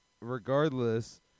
regardless